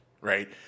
right